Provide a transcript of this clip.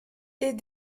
est